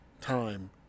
time